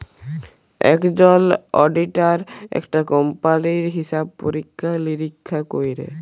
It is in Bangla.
একজল অডিটার একটা কম্পালির হিসাব পরীক্ষা লিরীক্ষা ক্যরে